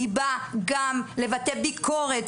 היא באה גם לבטא ביקורת,